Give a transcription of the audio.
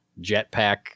jetpack